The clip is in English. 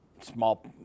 small